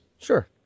Sure